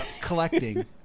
collecting